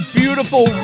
beautiful